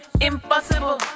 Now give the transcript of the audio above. impossible